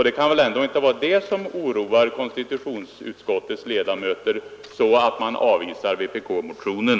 Det kan väl inte vara det som oroar konstitutionsutskottets ledamöter så, att de avvisar vpk-motionen?